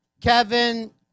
Kevin